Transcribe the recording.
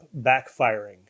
backfiring